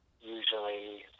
usually